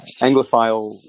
anglophile